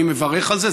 אני מברך על זה,